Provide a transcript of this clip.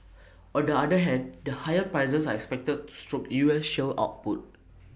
on the other hand the higher prices are expected stoke U S shale output